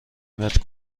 متر